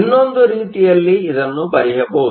ಇನ್ನೊಂದು ರೀತಿಯಲ್ಲಿ ಇದನ್ನು ಬರೆಯಬಹುದು